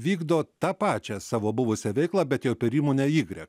vykdo tą pačią savo buvusią veiklą bet jau turi įmonę ygrek